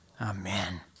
Amen